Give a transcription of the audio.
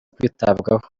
kwitabwaho